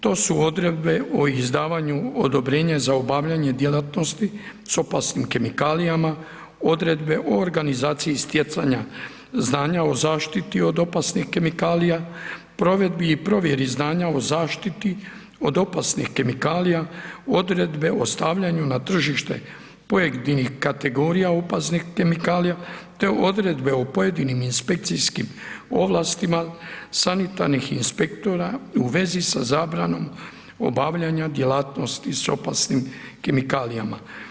To su Odredbe o izdavanju odobrenja za obavljanje djelatnosti s opasnim kemikalijama, Odredbe o organizaciji stjecanja znanja o zaštiti od opasnih kemikalija, Provedbi i provjeri znanja o zaštiti od opasnih kemikalija, Odredbe o stavljanju na tržište pojedinih kategorija opasnih kemikalija, te Odredbe o pojedinim inspekcijskim ovlastima sanitarnih inspektora u vezi sa zabranom obavljanja djelatnosti s opasnim kemikalijama.